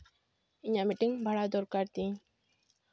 ᱤᱧᱟᱹᱜ ᱢᱤᱫᱴᱟᱝ ᱵᱷᱟᱲᱟ ᱫᱚᱨᱠᱟᱨ ᱛᱤᱧ